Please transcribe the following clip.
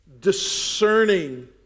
discerning